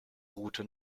route